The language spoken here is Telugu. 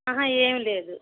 ఏం లేదు